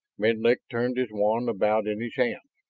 menlik turned his wand about in his hands.